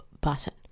button